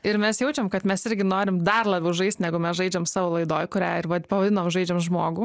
ir mes jaučiam kad mes irgi norim dar labiau žaist negu mes žaidžiam savo laidoj kurią ir pavadinom žaidžiam žmogų